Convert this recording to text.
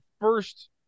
first